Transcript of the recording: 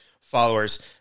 followers